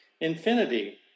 infinity